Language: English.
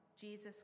Jesus